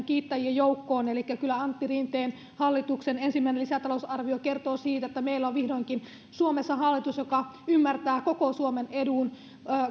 kiittäjien joukkoon kyllä antti rinteen hallituksen ensimmäinen lisätalousarvio kertoo siitä että meillä on vihdoinkin suomessa hallitus joka ymmärtää koko suomen edun